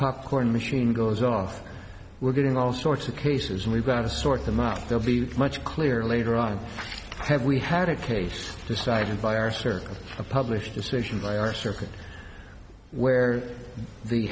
popcorn machine goes off we're getting all sorts of cases and we've got to sort them out they'll be much clearer later on have we had a case decided by our circuit published decision by our circuit where the